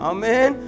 Amen